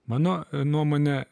mano nuomone